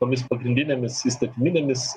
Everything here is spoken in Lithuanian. tomis pagrindinėmis įstatyminėmis